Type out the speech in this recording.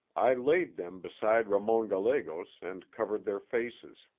i laid them beside ramon gallegos and covered their faces.